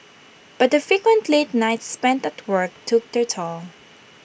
but the frequent late nights spent at work took their toll